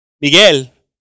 Miguel